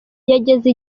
yageze